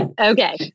Okay